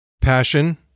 Passion